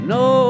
no